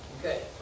Okay